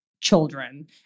children